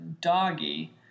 doggy